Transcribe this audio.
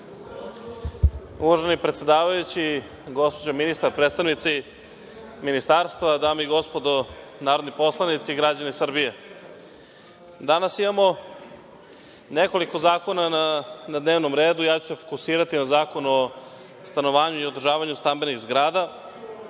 Uvaženi predsedavajući, gospođo ministar, predstavnici ministarstva, dame i gospodo narodni poslanici, građani Srbije, danas imamo nekoliko zakona na dnevnom redu, a ja ću se fokusirati na Zakon o stanovanju i održavanju stambenih zgrada. Dobro